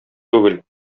түгел